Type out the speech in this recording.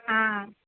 ஆ